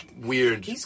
weird